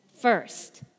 first